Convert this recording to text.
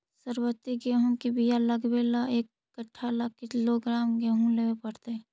सरबति गेहूँ के बियाह लगबे ल एक कट्ठा ल के किलोग्राम गेहूं लेबे पड़तै?